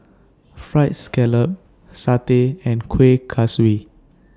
Fried Scallop Satay and Kuih Kaswi